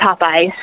Popeye's